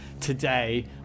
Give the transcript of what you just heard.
today